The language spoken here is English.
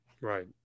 Right